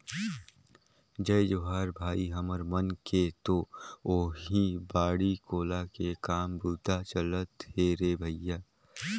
जय जोहार भाई, हमर मन के तो ओहीं बाड़ी कोला के काम बूता चलत हे रे भइया